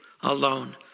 alone